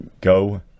go